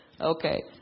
Okay